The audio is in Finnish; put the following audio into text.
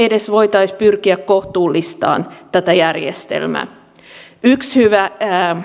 edes pyrkiä kohtuullistamaan tätä järjestelmää yksi hyvä